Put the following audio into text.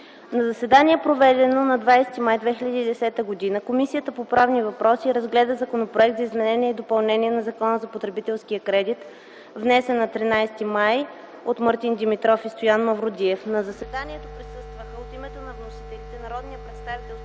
На заседание, проведено на 20 май 2010 г., Комисията по правни въпроси разгледа Законопроект за изменение и допълнение на Закона за потребителския кредит, № 054-01-45, внесен на 13 май 2010 г. от Мартин Димитров и Стоян Мавродиев.